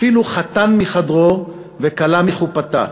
אפילו חתן מחדרו וכלה מחופתה".